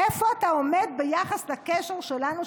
איפה אתה עומד ביחס לקשר שלנו,